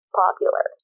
popular